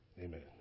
amen